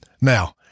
Now